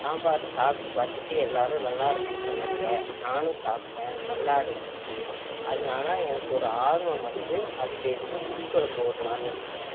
சாம்பாரை சாப்பிட்டு பார்த்துட்டு எல்லாேரும் நல்லாயிருக்குன் சொன்னாங்க நானும் சாப்பிட்டேன் நல்லாயிருந்துச்சி அதனால எனக்கு ஒரு ஆர்வம் வந்து அதுலேருந்து புளி குழம்பு ஒரு நாள் வைச்சேன்